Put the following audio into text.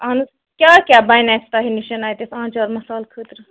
اہن حظ کیاہ کیاہ بَنہِ اَسہِ تۄہہِ نِش اَتٮ۪تھ آنٛچار مصالہٕ خٲطرٕ